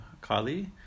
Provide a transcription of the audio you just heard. Kali